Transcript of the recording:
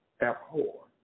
abhor